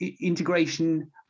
integration